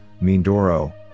Mindoro